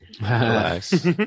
Nice